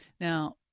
Now